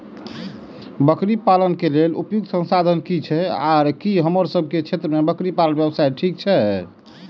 बकरी पालन के लेल उपयुक्त संसाधन की छै आर की हमर सब के क्षेत्र में बकरी पालन व्यवसाय ठीक छै?